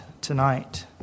tonight